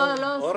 אתם לא,